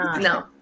No